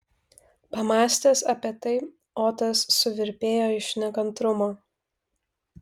pamąstęs apie tai otas suvirpėjo iš nekantrumo